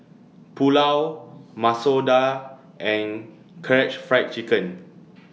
Pulao Masoor Dal and Karaage Fried Chicken